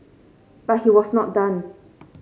but he was not done